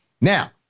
Now